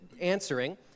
answering